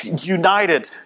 united